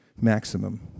maximum